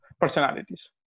personalities